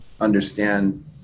understand